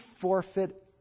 forfeit